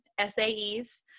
SAEs